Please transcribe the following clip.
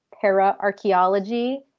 para-archaeology